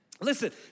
Listen